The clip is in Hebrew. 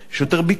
יש יותר ביקוש,